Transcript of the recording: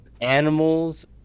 animals